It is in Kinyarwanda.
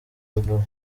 abagabo